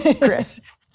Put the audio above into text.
Chris